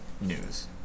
news